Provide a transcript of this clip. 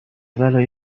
بلایی